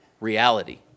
reality